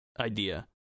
Idea